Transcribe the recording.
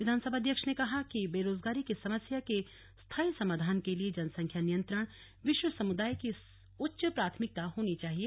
विधानसभा अध्यक्ष ने कहा कि बेरोजगारी की समस्या के स्थाई समाधान के लिए जनसंख्या नियंत्रण विश्व समुदाय की उच्च प्राथमिकता होनी चाहिए